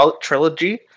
Trilogy